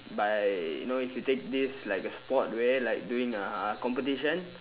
but you know if you take this like a sport where like doing a competition